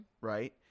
Right